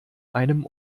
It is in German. einem